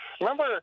remember